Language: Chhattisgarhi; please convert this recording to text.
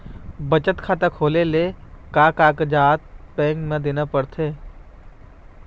बचत खाता खोले ले का कागजात बैंक म देना पड़थे?